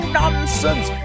nonsense